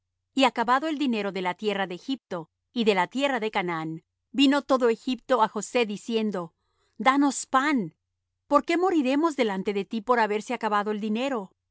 y acabado el dinero de la tierra de egipto y de la tierra de canaán vino todo egipto á josé diciendo danos pan por qué moriremos delante de ti por haberse acabado el dinero